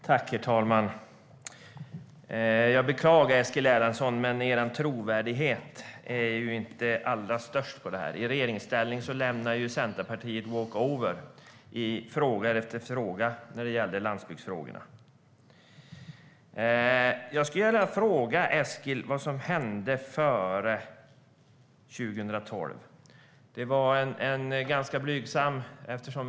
Herr talman! Jag beklagar, Eskil Erlandsson, men er trovärdighet är inte den största på det här området. I regeringsställning lämnade Centerpartiet walkover i landsbygdsfråga efter landsbygdsfråga. Jag skulle vilja fråga Eskil vad som hände före 2012.